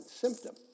symptom